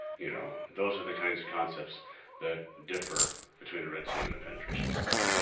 you know. those are the kinds of concepts that differ between a red team and a penetration test.